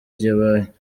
yabaye